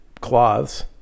cloths